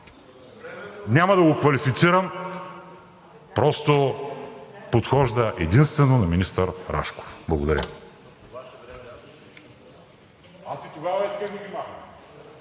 няма да го квалифицирам, просто подхожда единствено на министър Рашков. Благодаря.